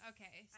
Okay